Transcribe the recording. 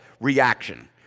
reaction